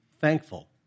thankful